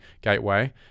Gateway